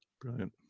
brilliant